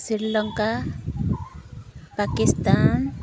Sri Lanka Pakistan